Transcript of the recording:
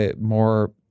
more